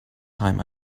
time